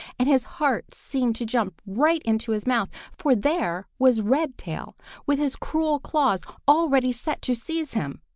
and his heart seemed to jump right into his mouth, for there was redtail with his cruel claws already set to seize him!